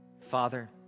Father